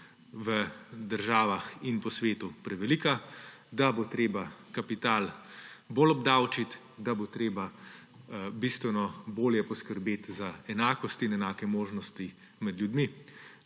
v državah in po svetu prevelika, da bo treba kapital bolj obdavčiti, da bo treba bistveno bolje poskrbeti za enakost in enake možnosti med ljudmi.